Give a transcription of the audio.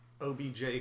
OBJ